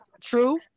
true